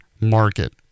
Market